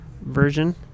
version